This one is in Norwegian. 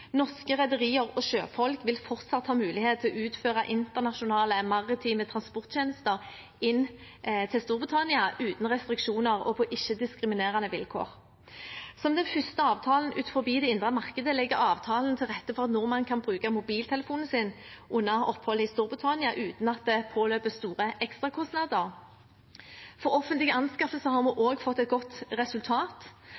Norske rederier og sjøfolk vil fortsatt ha mulighet til å utføre internasjonale maritime transporttjenester inn til Storbritannia uten restriksjoner og på ikke-diskriminerende vilkår. Som den første avtalen utenfor det indre markedet legger avtalen til rette for at nordmenn kan bruke mobiltelefonen sin under opphold i Storbritannia uten at det påløpes store ekstrakostnader. For offentlige anskaffelser har vi